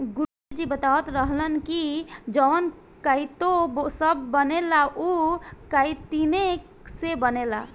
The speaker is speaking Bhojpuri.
गुरु जी बतावत रहलन की जवन काइटो सभ बनेला उ काइतीने से बनेला